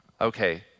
Okay